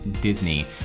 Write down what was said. Disney